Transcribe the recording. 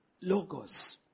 logos